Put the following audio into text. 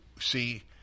see